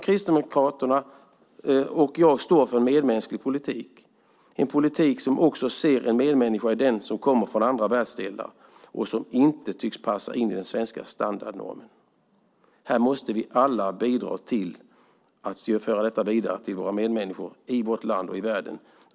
Kristdemokraterna och jag står för en medmänsklig politik - en politik som också ser en medmänniska i den som kommer från andra världsdelar och som inte tycks passa in i den svenska standardnormen. Här måste vi alla bidra till att föra detta vidare till våra medmänniskor i vårt land och i världen.